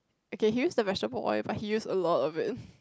okay he used the vegetable oil but he used a lot of it